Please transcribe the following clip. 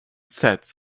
sets